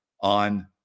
on